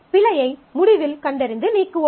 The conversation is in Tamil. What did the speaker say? பிழையை முடிவில் கண்டறிந்து நீக்குவோம்